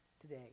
today